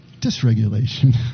dysregulation